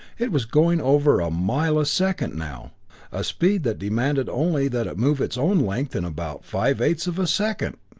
it was going over a mile a second now a speed that demanded only that it move its own length in about five-eights of a second!